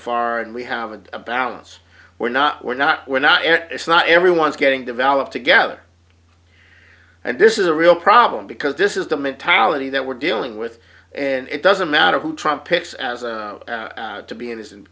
far and we haven't a balance we're not we're not we're not it's not everyone's getting developed together and this is a real problem because this is the mentality that we're dealing with and it doesn't matter who trump picks as to be in this